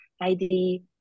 ID